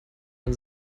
man